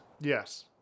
Yes